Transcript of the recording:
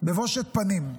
בבושת פנים,